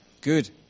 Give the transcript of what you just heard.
Good